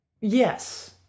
Yes